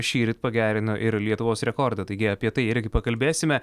šįryt pagerino ir lietuvos rekordą taigi apie tai irgi pakalbėsime